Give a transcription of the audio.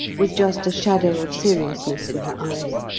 with just a shadow of seriousness in her eyes.